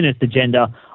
agenda